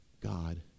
God